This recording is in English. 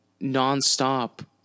nonstop